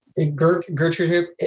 Gertrude